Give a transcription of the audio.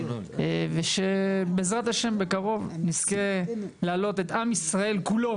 ושבע"ה בקרוב נזכה לעלות את עם ישראל כולו,